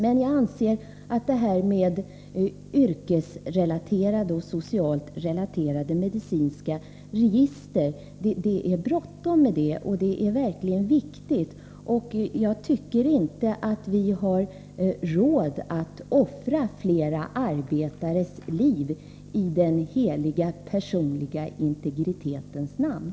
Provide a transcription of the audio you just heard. Det är bråttom och viktigt att få fram yrkesrelaterade och socialt relaterade medicinska register. Jag tycker inte att vi har råd att offra fler arbetares liv i den heliga personliga integritetens namn.